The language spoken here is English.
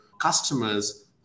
customers